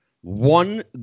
one